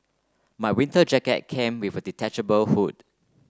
my winter jacket came with a detachable hood